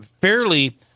fairly